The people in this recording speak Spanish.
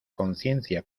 conciencia